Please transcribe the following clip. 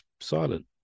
silent